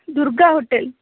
Durga hotel